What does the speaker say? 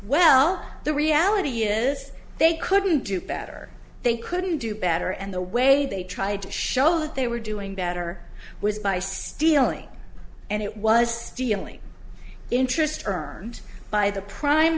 well the reality is they could do better they couldn't do better and the way they tried to show that they were doing better was by stealing and it was stealing interest earned by the prime